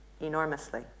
enormously